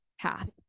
path